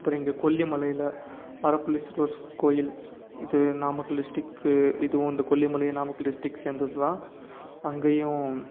அப்புறம் இங்கே கொல்லிமலையில் அறப்பளீஸ்வரர் கோயில் இது நாமக்கல் டிஸ்டிக்கு இதுவும் இந்த கொல்லிமலையும் நாமக்கல் டிஸ்டிக்ஸ் சேர்ந்தது தான் அங்கேயும்